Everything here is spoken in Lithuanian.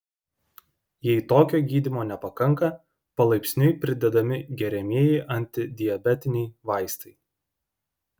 jei tokio gydymo nepakanka palaipsniui pridedami geriamieji antidiabetiniai vaistai